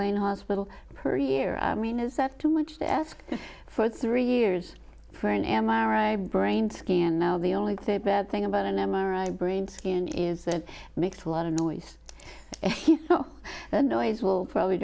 ean hospital per year i mean is that too much to ask for three years for an m r i brain scan now the only bad thing about an m r i brain scan is that makes a lot of noise so the noise will probably